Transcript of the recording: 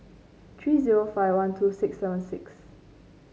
three zero five one two six seven six